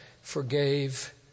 forgave